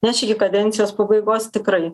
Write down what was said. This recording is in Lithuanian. neš iki kadencijos pabaigos tikrai